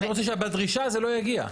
אני רוצה שבדרישה זה לא יגיע.